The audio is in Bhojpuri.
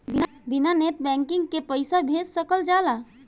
बिना नेट बैंकिंग के पईसा भेज सकल जाला?